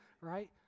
right